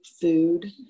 food